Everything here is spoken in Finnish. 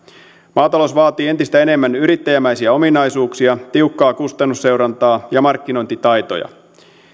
maatalous vaatii entistä enemmän yrittäjämäisiä ominaisuuksia tiukkaa kustannusseurantaa ja markkinointitaitoja